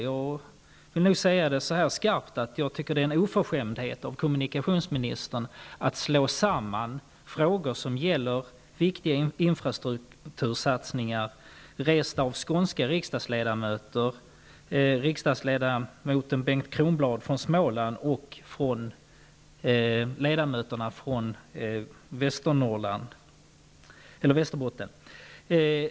Jag tycker att det är oförskämt av kommunikationsministern att slå samman frågor som gäller viktiga infrastruktursatsningar resta av skånska riksdagsledamöter, riksdagsledamoten Bengt Västerbotten.